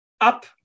up